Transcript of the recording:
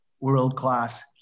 world-class